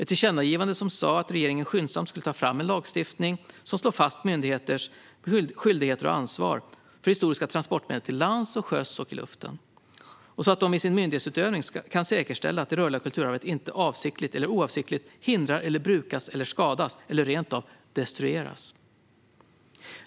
Tillkännagivandet sa att regeringen skyndsamt skulle ta fram en lagstiftning som slår fast myndigheters skyldigheter och ansvar för historiska transportmedel till lands, till sjöss och i luften så att de i sin myndighetsutövning kan säkerställa att det rörliga kulturarvet inte avsiktligt eller oavsiktligt hindras att brukas, skadas eller rent av destrueras.